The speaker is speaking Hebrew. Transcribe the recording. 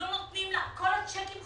כל הצ'קים חוזרים,